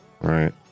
Right